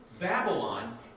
Babylon